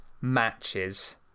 matches